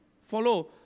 follow